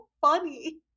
funny